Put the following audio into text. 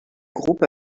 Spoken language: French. groupe